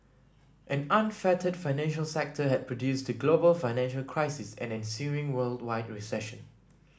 an unfettered financial sector had produced the global financial crisis and ensuing worldwide recession